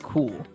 Cool